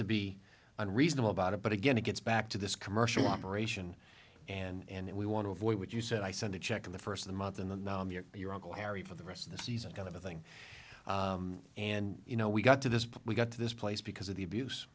to be unreasonable about it but again it gets back to this commercial operation and we want to avoid what you said i sent a check in the first of the month in the non the your uncle harry for the rest of the season kind of a thing and you know we got to this we got to this place because of the abuse